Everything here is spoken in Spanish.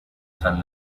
san